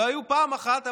לא היו פעם אחת.